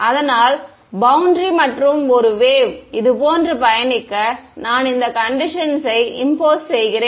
அதனால் பௌண்டரி மற்றும் ஒரு வேவ் இது போன்று பயணிக்க நான் இந்த கண்டிஷன்ஸ் யை இம்போஸ் செய்கிறேன்